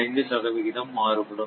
5 சதவிகிதம் மாறுபடும்